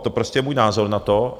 To je prostě můj názor na to.